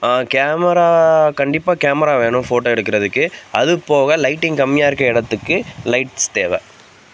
camera கண்டிப்பாக camera வேணும் photo எடுக்குறதுக்கு அது போவ லைட்டிங் கம்மியாக இருக்க இடத்துக்கு லைட்ஸ் தேவை